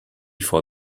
for